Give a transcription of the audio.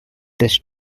this